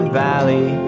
valley